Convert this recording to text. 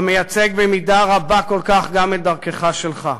המייצג במידה רבה כל כך גם את דרכך שלך.